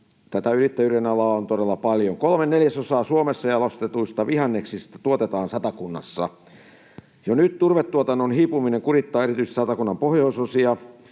tätä yrittäjyyden alaa on todella paljon. Kolme neljäsosaa Suomessa jalostetuista vihanneksista tuotetaan Satakunnassa. Jo nyt turvetuotannon hiipuminen kurittaa erityisesti Satakunnan pohjoisosia,